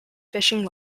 fishing